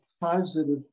positive